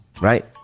right